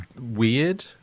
weird